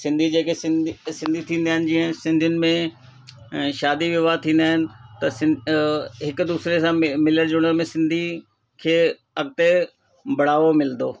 सिंधी जेके सिंधी थींदा आहिनि जीअं सिंधियुनि में शादी विहांव थींदा आहिनि त सिंधु हिक दूसरे सां मिलणु जुलियल सिंधी खे अॻिते बढ़ावो मिलंदो